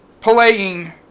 playing